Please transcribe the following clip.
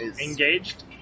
engaged